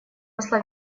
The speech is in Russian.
посла